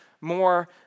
more